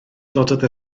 dododd